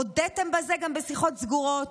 הודיתם בזה גם בשיחות סגורות,